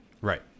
Right